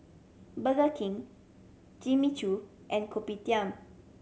Burger King Jimmy Choo and Kopitiam